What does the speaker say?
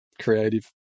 creative